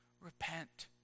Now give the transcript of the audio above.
repent